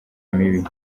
mibi